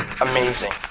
amazing